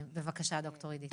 בבקשה, ד"ר אידית.